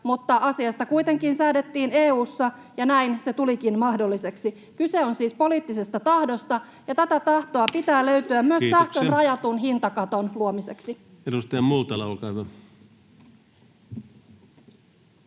mutta asiasta kuitenkin säädettiin EU:ssa, ja näin se tulikin mahdolliseksi. Kyse on siis poliittisesta tahdosta, ja tätä tahtoa pitää löytyä myös sähkön rajatun hintakaton luomiseksi. [Speech 95] Speaker: